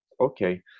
okay